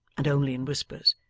and only in whispers,